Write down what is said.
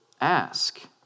ask